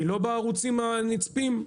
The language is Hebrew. היא לא בערוצים הנצפים,